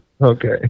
Okay